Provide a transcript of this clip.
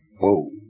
whoa